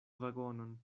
vagonon